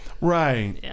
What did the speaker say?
Right